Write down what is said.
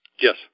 yes